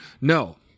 No